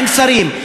עם שרים,